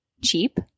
cheap